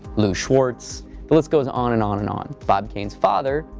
lou schwartz the list goes on and on and on. bob kane's father,